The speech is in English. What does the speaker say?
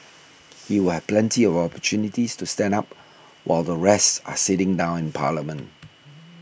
he will have plenty of opportunities to stand up while the rest are sitting down in parliament